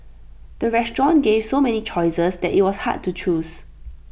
the restaurant gave so many choices that IT was hard to choose